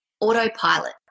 autopilot